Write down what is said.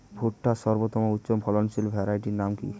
ভুট্টার সর্বোত্তম উচ্চফলনশীল ভ্যারাইটির নাম কি?